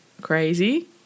crazy